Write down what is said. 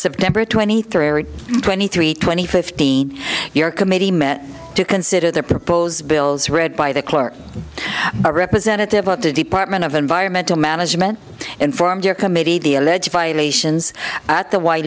september twenty third twenty three twenty fifteen your committee met to consider their proposed bills read by the clerk a representative of the department of environmental management informs your committee the alleged violations at the